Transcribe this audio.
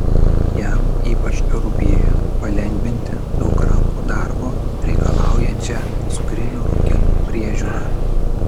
jam ypač rūpėjo palengvinti daug rankų darbo reikalaujančią cukrinių runkelių priežiūrą